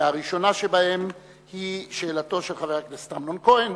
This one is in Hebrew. והראשונה שבהן היא שאלתו של חבר הכנסת אמנון כהן,